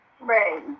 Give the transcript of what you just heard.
Right